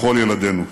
לכל ילדינו.